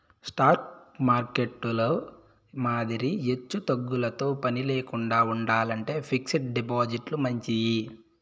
stock మార్కెట్టులో మాదిరి ఎచ్చుతగ్గులతో పనిలేకండా ఉండాలంటే ఫిక్స్డ్ డిపాజిట్లు మంచియి